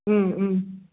ம் ம்